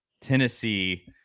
Tennessee